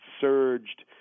surged